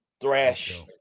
Thrash